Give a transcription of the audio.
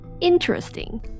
interesting